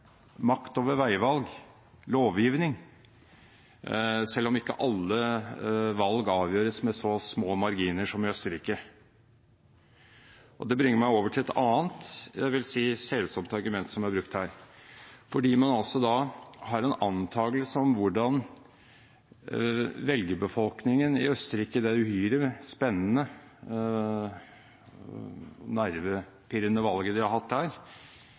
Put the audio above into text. makt over veivalg, over lovgivning, selv om ikke alle valg avgjøres med så små marginer som i Østerrike. Det bringer meg over til et annet ‒ jeg vil si selsomt ‒ argument som er brukt her. Fordi man har en antagelse om velgerbefolkningen i Østerrike i det uhyre spennende, nervepirrende valget de har hatt der